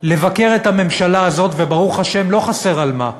לבקר את הממשלה הזאת, וברוך השם לא חסר על מה: